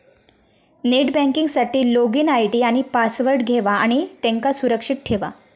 net banking साठी login ID आणि password घेवा आणि त्यांका सुरक्षित ठेवा